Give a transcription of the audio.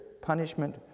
punishment